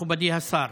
מכובדי השר,